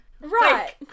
Right